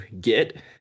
get